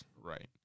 Right